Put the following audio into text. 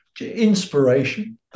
inspiration